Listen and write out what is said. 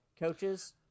coaches